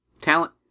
Talent